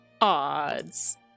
Odds